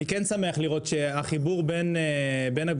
אני כן שמח לראות שהחיבור בין הגופים